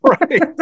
Right